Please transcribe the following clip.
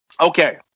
Okay